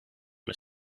met